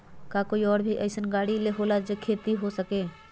का कोई और भी अइसन और गाड़ी होला जे से खेती हो सके?